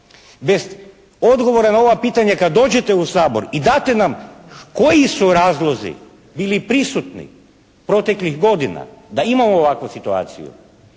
bez odgovora na ova pitanja kad dođete u Sabor i date nam koji su razlozi bili prisutni proteklih godina da imamo ovakvu situaciju.